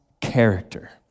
character